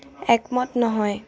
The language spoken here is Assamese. একমত নহয়